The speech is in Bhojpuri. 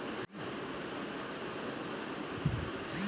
हमार लड़की भईल बा प्रधानमंत्री योजना भर सकीला?